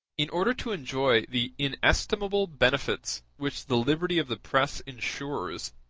in order to enjoy the inestimable benefits which the liberty of the press ensures,